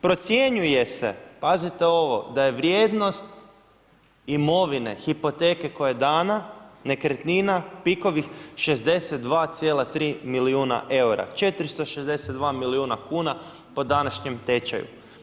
Procjenjuje se, pazite ovo, da je vrijednost imovine hipoteke koja je dana nekretnina PIK-ovih 62,3 milijuna eura, 462 milijuna kuna po današnjem tečaju.